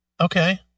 Okay